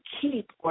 keep